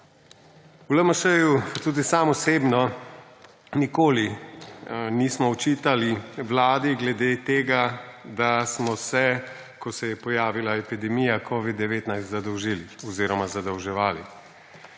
V LMŠ, tudi sam osebno, nikoli nismo očitali Vladi glede tega, da smo se, ko se je pojavila epidemija covida-19, zadolžili oziroma zadolževali.